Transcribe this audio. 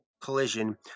collision